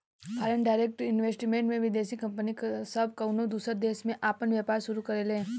foreign direct investment में विदेशी company सब कउनो दूसर देश में आपन व्यापार शुरू करेले